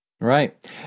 Right